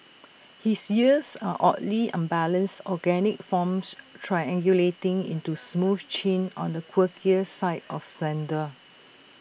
his ears are oddly unbalanced organic forms triangulating into smooth chin on the quirkier side of slender